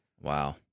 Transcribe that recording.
Wow